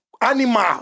animal